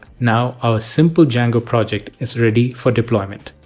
now our simple django project is ready for deployment.